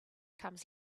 comes